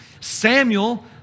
Samuel